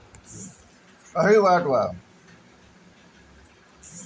लोग अपनी काम धंधा खातिर तअ उधार पइसा लेते हवे